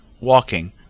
walking